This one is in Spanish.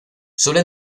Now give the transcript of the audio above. sólo